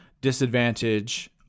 disadvantage